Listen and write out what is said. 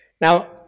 Now